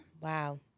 Wow